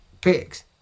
pigs